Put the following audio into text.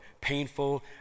painful